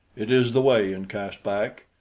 it is the way in caspak.